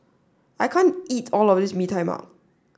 I can't eat all of this Bee Tai Mak